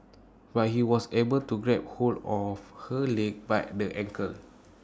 but he was able to grab hold of her leg by the ankle